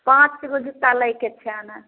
पाँच किलो जुत्ता लैके छै ने